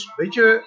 beetje